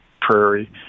prairie